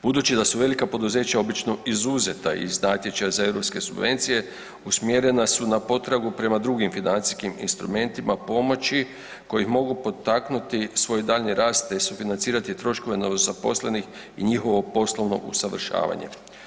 Budući da su velik poduzeća obično izuzeta iz natječaja za europske subvencije usmjerena su na potragu prema drugim financijskim instrumentima pomoći kojim mogu potaknuti svoj dalji rast te sufinancirati troškove novozaposlenih i njihovo poslovno usavršavanje.